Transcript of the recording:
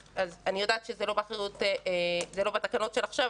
אז אני יודעת שזה לא בתקנות של עכשיו,